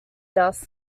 dust